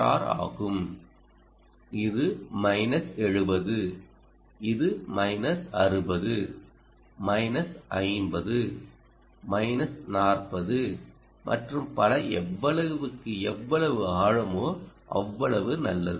R ஆகும் இது minus 70 இது மைனஸ் 60 மைனஸ் 50 மைனஸ் 40 மற்றும் பல எவ்வளவுக்கு எவ்வளவு ஆழமோ அவ்வளவு நல்லது